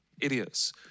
Idiots